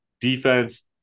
Defense